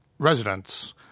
Residents